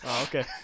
okay